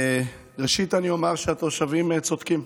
ראשית, אני אומר שהתושבים צודקים,